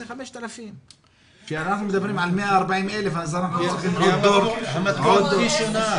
זה 5,000. יש תנאי.